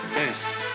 best